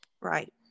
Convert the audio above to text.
Right